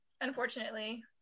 Unfortunately